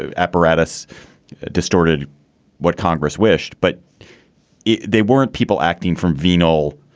ah apparatus distorted what congress wished. but yeah they weren't people acting from venal,